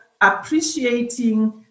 appreciating